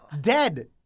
dead